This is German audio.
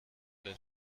der